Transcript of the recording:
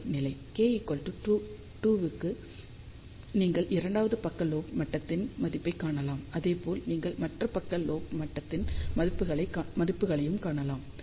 K 2 க்கு நீங்கள் இரண்டாவது பக்க லோப் மட்டத்தின் மதிப்பைக் காணலாம் அதேபோல் நீங்கள் மற்ற பக்க லோப் மட்டத்தின் மதிப்புகளையும் காணலாம்